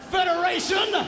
Federation